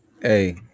Hey